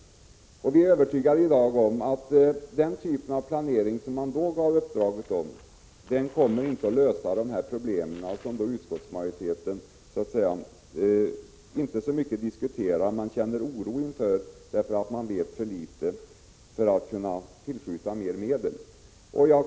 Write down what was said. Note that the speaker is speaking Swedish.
Vi är i dag övertygade om att den typ av strukturplan som Turistrådet fick i uppdrag att göra inte kommer att lösa de problem som utskottsmajoriteten inte så mycket diskuterar men känner oro inför, eftersom man vet för litet för att kunna tillskjuta mer medel.